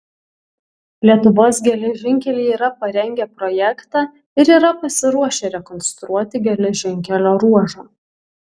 lietuvos geležinkeliai yra parengę projektą ir yra pasiruošę rekonstruoti geležinkelio ruožą